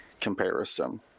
comparison